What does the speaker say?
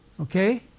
Okay